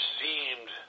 seemed